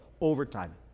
overtime